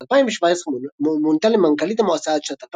בשנת 2017 מונתה למנכ"לית המועצה עד שנת